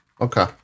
Okay